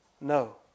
no